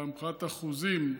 מבחינת אחוזים,